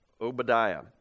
Obadiah